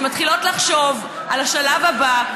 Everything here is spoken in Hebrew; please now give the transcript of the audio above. שמתחילות לחשוב על השלב הבא,